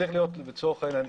צריך להיות לצורך העניין,